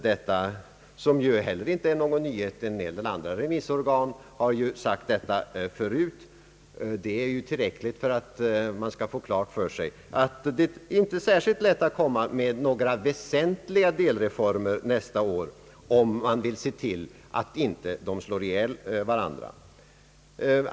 Detta är ju inte någon nyhet. Även andra remissorgan har sagt detsamma tidigare. Jag tycker att det anförda är tillräckligt för att göra klart att det inte är särskilt lätt att presentera några väsentliga delreformer nästa år, om man vill vara säker på att de inte slår ihjäl varandra.